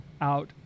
out